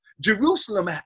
Jerusalem